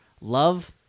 Love